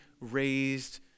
raised